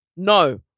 No